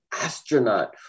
astronaut